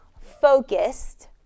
focused